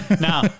Now